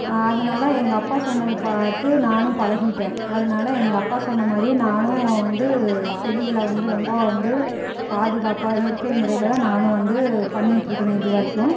அதனால எங்கள் அப்பா சொன்னதை பார்த்து நானும் பழகிட்டேன் அதனால எங்கள் அப்பா சொன்ன மாதிரியே நானும் வந்து செடிகளை வந்து ரொம்ப வந்து பாதுகாப்பாக இயற்கை முறையில் தான் நானும் வந்து பண்ணிகிட்டுருக்குறேன் இது வரைக்கும்